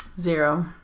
Zero